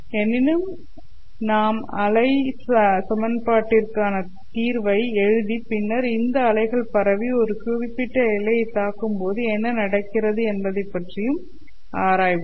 எனினும் நாம் அலைசன் பாட்டிற்கான தீர்வை எழுதி பின்னர் இந்த அலைகள் பரவி ஒரு குறிப்பிட்ட எல்லையைத் தாக்கும் போது என்ன நடக்கிறது என்பதை பற்றியும் ஆராய்வோம்